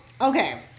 okay